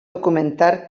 documentar